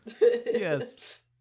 yes